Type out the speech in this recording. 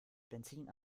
benzin